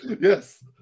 yes